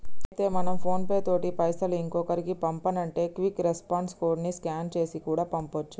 అయితే మనం PhonePe తోటి పైసలు ఇంకొకరికి పంపానంటే క్విక్ రెస్పాన్స్ కోడ్ ని స్కాన్ చేసి కూడా పంపొచ్చు